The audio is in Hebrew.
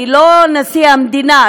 אני לא נשיא המדינה,